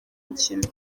mukino